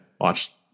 watch